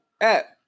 app